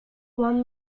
one